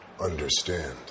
understand